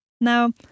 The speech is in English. Now